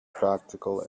practical